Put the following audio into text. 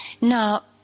Now